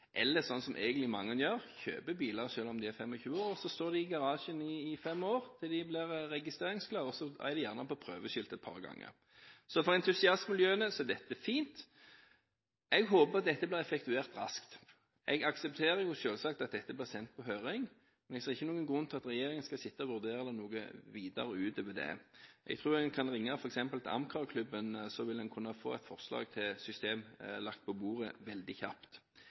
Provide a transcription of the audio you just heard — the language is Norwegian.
som mange egentlig gjør: De kjøper biler selv om de er 25 år, og så står de i garasjen i fem år, til de blir registreringsklare – og så er de gjerne på prøveskilt et par ganger. Så for entusiastmiljøene er dette fint. Jeg håper det blir effektuert raskt. Jeg aksepterer selvsagt at det blir sendt på høring, men jeg ser ikke noen grunn til at regjeringen skal sitte og vurdere det noe videre utover det. Jeg tror en kan ringe til f.eks. AmCar-klubben og få et forslag til system lagt på bordet veldig kjapt.